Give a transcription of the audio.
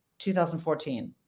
2014